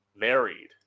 married